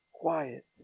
quiet